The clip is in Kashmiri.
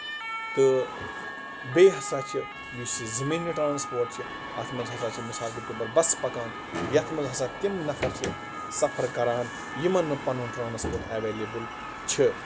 تہٕ بیٚیہِ ہسا چھِ یُس یہِ زٔمیٖنی ٹرانَسپورٹ چھُ اَتھ منٛز ہسا چھُ مِثال کہِ طور پَر بَسہٕ پَکان یَتھ منٛز ہسا تِم نَفر چھِ سَفر کران یِمَن نہٕ پَنُن ٹرانَسپورٹ ایویلیبٔل چھ